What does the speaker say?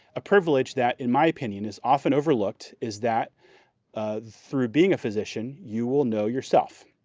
a privilege that in my opinion is often overlooked is that through being a physician you will know yourself.